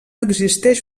existeix